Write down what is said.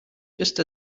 just